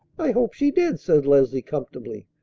i hope she did, said leslie comfortably.